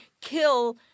kill